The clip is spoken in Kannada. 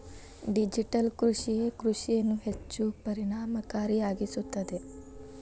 ಡಿಜಿಟಲ್ ಕೃಷಿಯೇ ಕೃಷಿಯನ್ನು ಹೆಚ್ಚು ಪರಿಣಾಮಕಾರಿಯಾಗಿಸುತ್ತದೆ